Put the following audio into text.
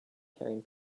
carrying